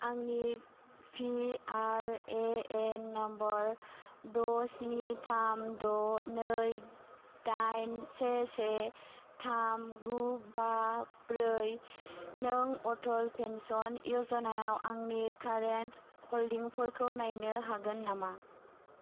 आंनि PRAN number द' स्नि थाम द' नै डाइन से से थाम गु बा ब्रै नों अटल पेन्सन य'जनायाव आंनि कारेन्ट हल्डिंफोरखौ नायनो हागोन नामा